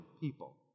people